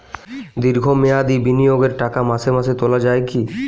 দীর্ঘ মেয়াদি বিনিয়োগের টাকা মাসে মাসে তোলা যায় কি?